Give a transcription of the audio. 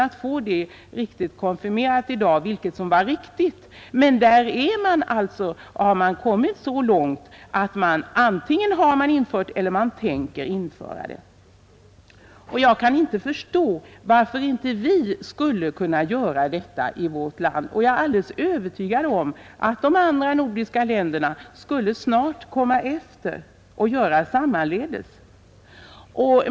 Jag har inte kunnat få konfirmerat vilket som var riktigt, men där har man alltså kommit så långt att man antingen har eller tänker införa blockad. Jag kan inte förstå varför inte vi skulle kunna göra detta i vårt land. Jag är alldeles övertygad om att de andra nordiska länderna snart skulle följa efter och göra sammaledes.